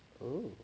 oh